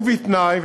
ובתנאי,